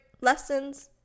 lessons